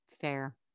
fair